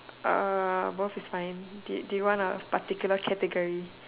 uh both is fine do do you want a particular category